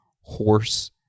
horse